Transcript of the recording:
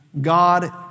God